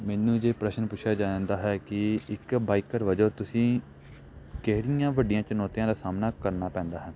ਮੈਨੂੰ ਜੇ ਪ੍ਰਸ਼ਨ ਪੁੱਛਿਆ ਜਾਂਦਾ ਹੈ ਕਿ ਇੱਕ ਬਾਈਕਰ ਵਜੋਂ ਤੁਸੀਂ ਕਿਹੜੀਆਂ ਵੱਡੀਆਂ ਚੁਣੌਤੀਆਂ ਦਾ ਸਾਹਮਣਾ ਕਰਨਾ ਪੈਂਦਾ ਹੈ